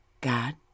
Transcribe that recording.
God